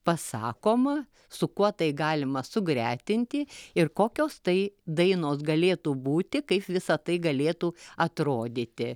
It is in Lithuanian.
pasakoma su kuo tai galima sugretinti ir kokios tai dainos galėtų būti kaip visa tai galėtų atrodyti